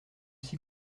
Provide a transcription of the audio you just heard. s’y